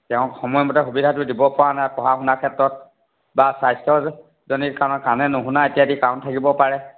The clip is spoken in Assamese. তেওঁক সময়মতে সুবিধাটো দিব পৰা নাই পঢ়া শুনাৰ ক্ষেত্ৰত বা স্বাস্থ্যজনিত কাৰণত কাণেদি নুশুনা কাৰণ থাকিব পাৰে